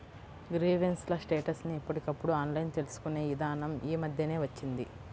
grievance ల status ని ఎప్పటికప్పుడు ఆన్లైన్ తెలుసుకునే ఇదానం యీ మద్దెనే వచ్చింది